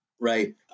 right